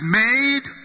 made